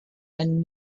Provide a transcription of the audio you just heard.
and